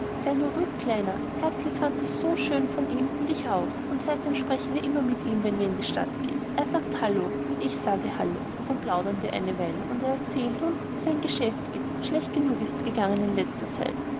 ruhig kleiner herzlieb fand das sehr schön von ihm und ich auch und seitdem sprechen wir immer mit ihm wenn wir in die stadt gehen er sagt hallo und ich sage hallo und dann plaudern wir eine weile und er erzählt uns wie sein geschäft geht schlecht genug ist's gegangen in letzter zeit